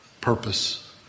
purpose